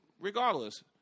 Regardless